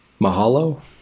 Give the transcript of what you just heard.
Mahalo